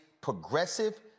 progressive